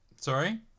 Sorry